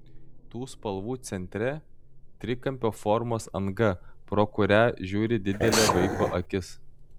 tų spalvų centre trikampio formos anga pro kuria žiūri didelė vaiko akis